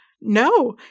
no